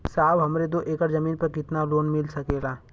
साहब हमरे दो एकड़ जमीन पर कितनालोन मिल सकेला?